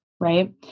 Right